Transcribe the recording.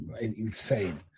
insane